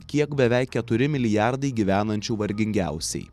kiek beveik keturi milijardai gyvenančių vargingiausiai